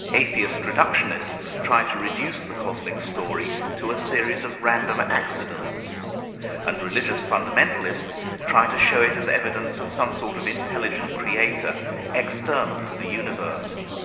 atheist reductionists try to reduce the cosmic story to a series of random accidents and religious fundamentalists try to show it as evidence of some sort of intelligent creator external to the universe.